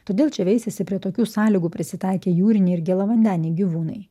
todėl čia veisiasi prie tokių sąlygų prisitaikę jūriniai ir gėlavandeniai gyvūnai